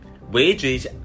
Wages